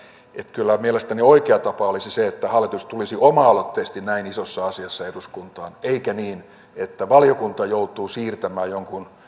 kyllä mielestäni oikea tapa olisi se että hallitus tulisi oma aloitteisesti näin isossa asiassa eduskuntaan eikä niin että valiokunta joutuu siirtämään jonkun